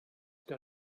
que